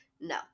No